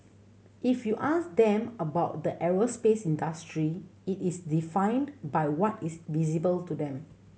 if you ask them about the aerospace industry it is defined by what is visible to them